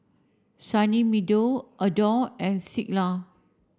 Sunny Meadow Adore and Singha